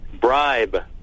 bribe